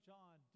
John